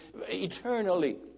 eternally